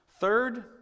Third